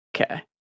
Okay